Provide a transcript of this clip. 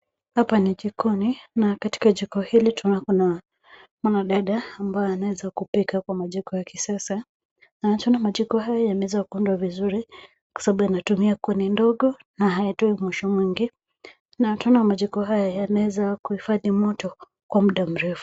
Hapa ni jikoni na katika jiko hili tunaona kuna mwanadada ambaye anaweza kupika kwa majiko ya kisasa na tunaona majiko haya yameweza kuundwa vizuri kwa sababu yanatumia kuni ndogo na hayatoi moshi mwingi na tunaona majiko haya yanaweza kuhifadhi moto kwa muda mrefu.